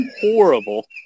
horrible